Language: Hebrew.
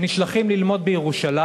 שנשלחים ללמוד בירושלים.